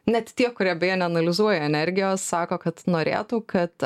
net tie kurie beje neanalizuoja energijos sako kad norėtų kad